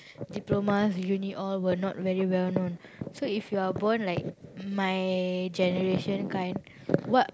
diploma uni all were not very well known so if you were born like my generation kind what